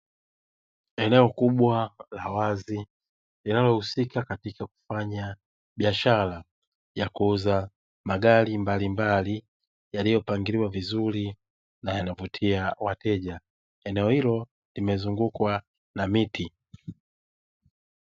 Eneo kubwa la wazi linalohusika katika kufanya biashara ya kuuza magari mbalimbali yaliyopangiliwa vizuri na yanavutia wateja. Eneo hilo limezungukwa na miti.